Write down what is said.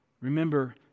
remember